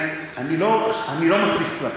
אני לא מתריס כלפיך,